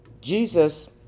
Jesus